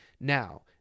Now